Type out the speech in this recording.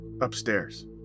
upstairs